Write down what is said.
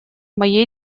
моей